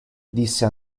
disse